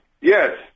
Yes